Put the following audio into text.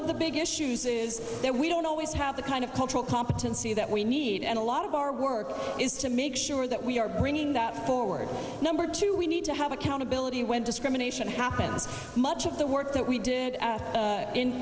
of the big issues is that we don't always have the kind of cultural competency that we need and a lot of our work is to make sure that we are bringing that forward number two we need to have accountability when discrimination happens much of the work that we did